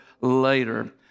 later